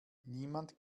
niemand